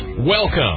Welcome